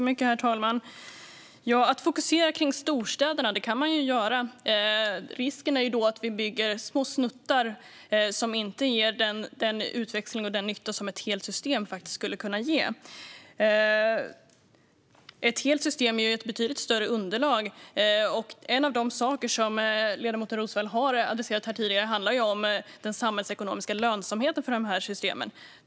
Herr talman! Att fokusera på storstäderna kan man göra. Risken är då att vi bygger små snuttar som inte ger den utväxling och nytta som ett helt system skulle kunna ge. Ett helt system ger ju ett betydligt större underlag. En av de saker som ledamoten Roswall har tagit upp här tidigare är den samhällsekonomiska lönsamheten för dessa system.